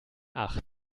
ach